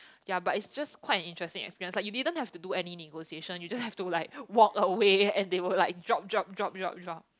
ya but it's just quite an interesting experience like you didn't have to do any negotiation you just have to like walk away and they will like drop drop drop drop drop